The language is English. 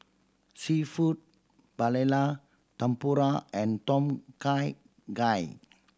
Seafood Paella Tempura and Tom Kha Gai